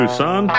son